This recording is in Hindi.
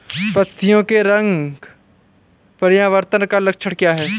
पत्तियों के रंग परिवर्तन का लक्षण क्या है?